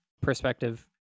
perspective